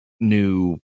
new